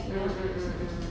mm mm mm mm